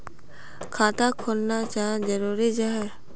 खाता खोलना चाँ जरुरी जाहा?